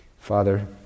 Father